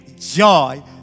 joy